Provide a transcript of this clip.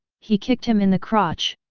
he kicked him in the crotch.